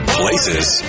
places